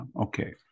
Okay